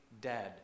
dead